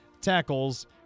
tackles